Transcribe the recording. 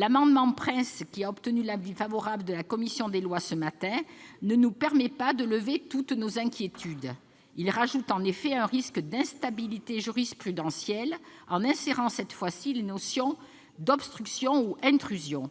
l'amendement Prince, qui ont obtenu l'avis favorable de la commission des lois ce matin, ne permettent pas de lever toutes nos inquiétudes. Leur adoption rajouterait en effet un risque d'instabilité jurisprudentielle, en insérant les notions d'« obstructions ou intrusions